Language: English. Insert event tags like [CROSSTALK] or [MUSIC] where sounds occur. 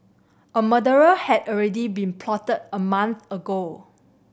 a murder [UNINTELLIGIBLE] had already been plotted a month ago